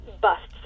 busts